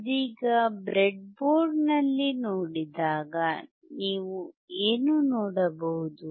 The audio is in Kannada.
ಇದೀಗ ಬ್ರೆಡ್ಬೋರ್ಡ್ನಲ್ಲಿ ನೋಡಿದಾಗ ನೀವು ಏನು ನೋಡಬಹುದು